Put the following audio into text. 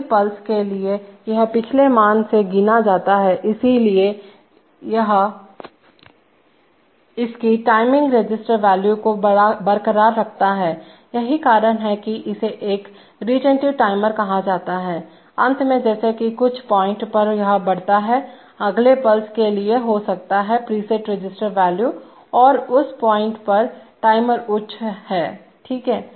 अगली पल्स के लिए यह पिछले मान से गिना जाता है इसीलिए यह इसकी टाइमिंग रजिस्टर वैल्यू को बरकरार रखता है यही कारण है कि इसे एक रिटेंटिव टाइमर कहा जाता है अंत में जैसे ही कुछ पॉइंट पर यह बढ़ता है अगले पल्स के लिए हो सकता है प्रीसेट रजिस्टर वैल्यू और उस वॉइस पर टाइमर उच्च ठीक है